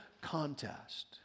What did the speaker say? contest